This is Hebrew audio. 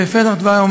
בפתח דברי,